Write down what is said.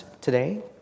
today